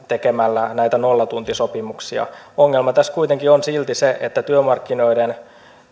tekemällä näitä nollatuntisopimuksia ongelma tässä on silti se että työmarkkinoiden